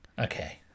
Okay